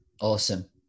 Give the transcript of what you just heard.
Awesome